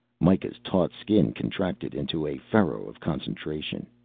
mikah's taut skin contracted into a furrow of concentration.